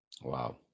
Wow